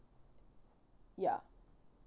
ya